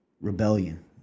rebellion